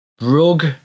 Rug